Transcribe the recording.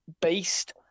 based